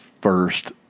first